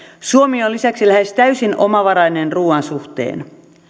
suomi on lisäksi lähes täysin omavarainen ruuan suhteen